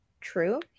true